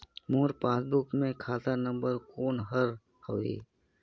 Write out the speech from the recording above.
मोर passbook मे खाता number कोन हर हवे?